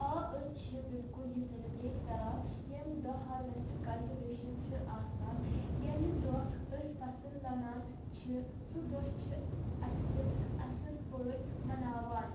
آ أسۍ چھ بالکل یہِ سلیبریٹ کران ییٚمہِ دۄہ ہاروٮ۪سٹ کلٹِویشن چھ آسان ییٚمہِ دۄہ أسۍ فصل لۄنان چھ سُہ دۄہ چھ اسہِ اَصل پأٹھۍ مناوان